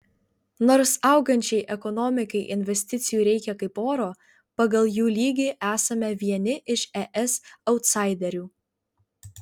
nors augančiai ekonomikai investicijų reikia kaip oro pagal jų lygį esame vieni iš es autsaiderių